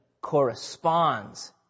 corresponds